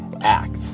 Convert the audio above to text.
act